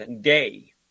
day